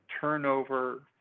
turnover